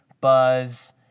Buzz